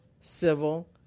civil